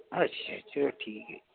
ਅੱਛਾ ਚਲੋ ਠੀਕ ਹੈ